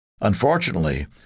Unfortunately